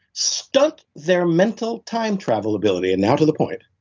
stunt their mental time travel ability, and now to the point,